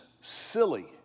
silly